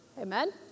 Amen